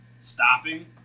stopping